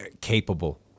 capable